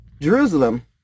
Jerusalem